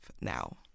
now